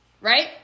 Right